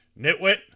Nitwit